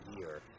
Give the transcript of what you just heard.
year